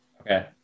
Okay